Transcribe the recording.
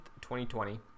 2020